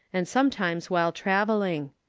and sometimes while traveling.